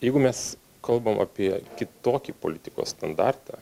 jeigu mes kalbam apie kitokį politikos standartą